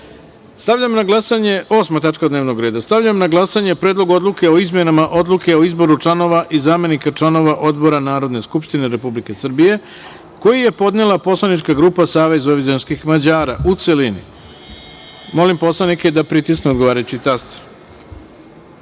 reda. Stavljam na glasanje Predlog odluke o izmenama odluke o izboru članova i zamenika članova Odbora Narodne skupštine Republike Srbije, koji je podnela poslanička grupa Savez vojvođanskih Mađara, u celini. Molim poslanike da pritisnu odgovarajući